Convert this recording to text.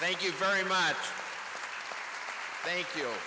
thank you very much thank you